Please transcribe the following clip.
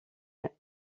eut